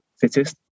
fittest